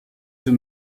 too